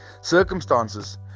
Circumstances